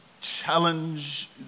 challenge